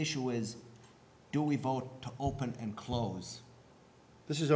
issue is do we vote to open and close this is